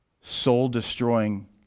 soul-destroying